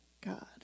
God